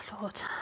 Lord